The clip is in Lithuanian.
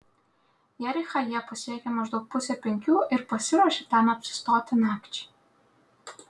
jerichą jie pasiekė maždaug pusę penkių ir pasiruošė ten apsistoti nakčiai